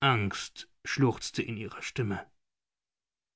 angst schluchzte in ihrer stimme